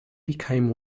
became